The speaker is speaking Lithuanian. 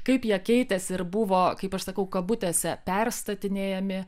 kaip jie keitėsi ir buvo kaip aš sakau kabutėse perstatinėjami